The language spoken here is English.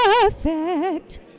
perfect